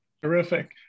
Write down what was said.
Terrific